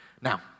Now